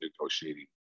negotiating